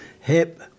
hip